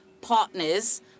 partners